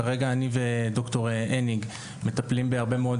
כרגע אני וד"ר הניג מטפלים בהרבה מאוד